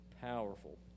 powerful